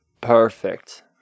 Perfect